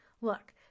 Look